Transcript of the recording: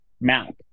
map